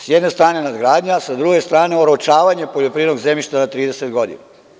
Sa jedne strane, nadgradnja, a sa druge strane oročavanje poljoprivrednog zemljišta na 30 godina.